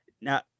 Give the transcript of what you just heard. Now